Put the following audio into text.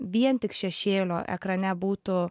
vien tik šešėlio ekrane būtų